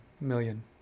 million